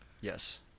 Yes